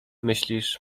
myślisz